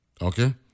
Okay